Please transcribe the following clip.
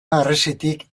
harresitik